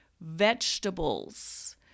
vegetables